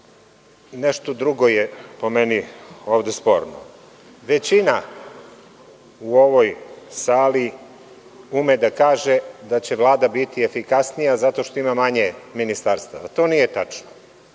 nešto drugo je po meni ovde sporno. Većina u ovoj sali ume da kaže da će Vlada biti efikasnija zato što ima manje ministarstava. To nije tačno.